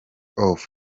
off